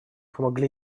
помогли